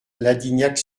ladignac